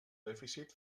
dèficit